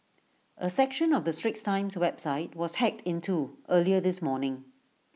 A section of the straits times website was hacked into earlier this morning